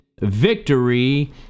Victory